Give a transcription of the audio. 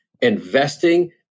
investing